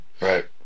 Right